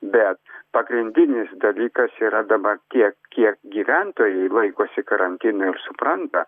bet pagrindinis dalykas yra dabar tiek kiek gyventojai laikosi karantino ir supranta